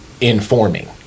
informing